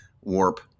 warp